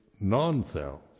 non-self